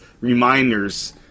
reminders